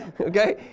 Okay